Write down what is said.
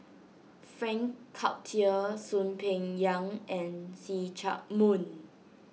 Frank Cloutier Soon Peng Yam and See Chak Mun